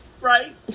Right